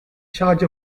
charge